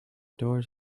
doors